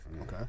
Okay